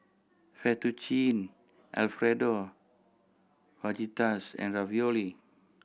Fettuccine Alfredo Fajitas and Ravioli